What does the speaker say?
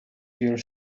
here